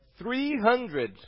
300